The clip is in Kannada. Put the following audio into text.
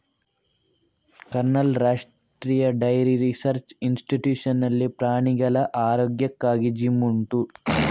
ಕರ್ನಾಲ್ನ ರಾಷ್ಟ್ರೀಯ ಡೈರಿ ರಿಸರ್ಚ್ ಇನ್ಸ್ಟಿಟ್ಯೂಟ್ ನಲ್ಲಿ ಪ್ರಾಣಿಗಳ ಆರೋಗ್ಯಕ್ಕಾಗಿ ಜಿಮ್ ಉಂಟು